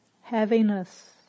heaviness